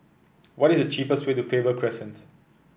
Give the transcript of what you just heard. what is the cheapest way to Faber Crescent